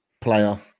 player